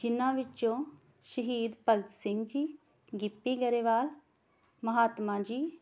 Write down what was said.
ਜਿਨ੍ਹਾਂ ਵਿੱਚੋਂ ਸ਼ਹੀਦ ਭਗਤ ਸਿੰਘ ਜੀ ਗਿੱਪੀ ਗਰੇਵਾਲ ਮਹਾਤਮਾ ਜੀ